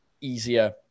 easier